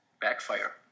backfire